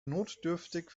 notdürftig